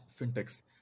fintechs